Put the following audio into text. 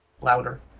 louder